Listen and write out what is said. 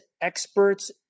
experts